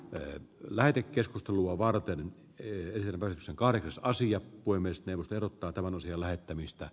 lee lähetekeskustelua varten eilen varsin karsaasti ja voimistelusta erottaa talon osia lähettämistä